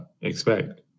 expect